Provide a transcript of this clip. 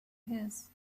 his